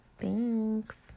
Thanks